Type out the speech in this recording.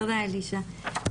תודה, אלישע.